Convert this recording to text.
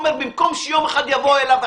ובמקום שיום אחד יבואו אליו,